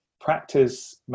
practice